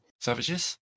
savages